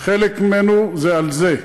חלק ממנו הוא על זה,